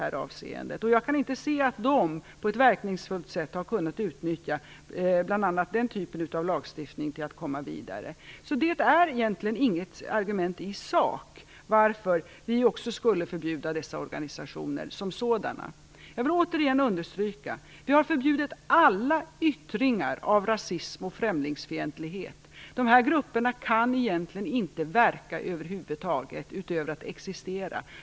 Jag kan inte se att de på ett verkningsfullt sätt har kunnat utnyttja den typen av lagstiftning till att komma vidare. Det är egentligen inget argument i sak för att vi också skulle förbjuda dessa organisationer som sådana. Jag vill återigen understryka att vi har förbjudit alla yttringar av rasism och främlingsfientlighet. De här grupperna kan egentligen inte verka över huvud taget utan enbart existera.